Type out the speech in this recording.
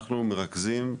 אנחנו מרכזים,